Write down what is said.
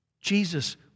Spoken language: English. Jesus